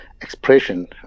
expression